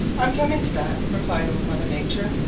i'm coming to that, replied old mother nature.